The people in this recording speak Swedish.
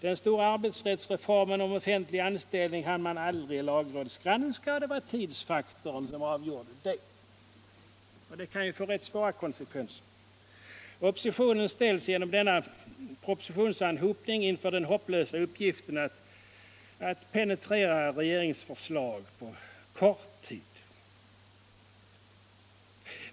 Den stora arbetsrättsreformen om offentlig anställning hann sålunda aldrig lagrådsgranskas. Det var tidsfaktorn som avgjorde den saken. Och det kan få rätt svåra konsekvenser. Oppositionen ställs genom denna propositionsanhopning inför den hopplösa uppgiften att penetrera regeringsförslag på mycket kort tid.